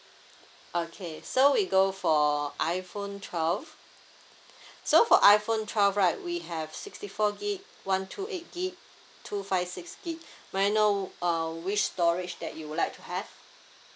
okay so we go for iPhone twelve so for iPhone twelve right we have sixty four gib one two eight gigabytes two five six gigabytes may I know uh which storage that you would like to have